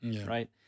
right